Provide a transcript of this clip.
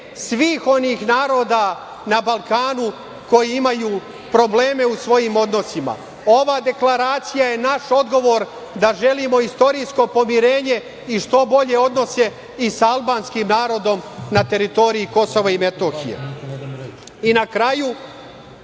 svih onih naroda na Balkanu koji imaju probleme u svojim odnosima. Ova deklaracija je naš odgovor da želimo istorijsko pomirenje i što bolje odnose i sa albanskim narodom na teritoriji Kosova i Metohije. Na kraju,